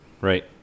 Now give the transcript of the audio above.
right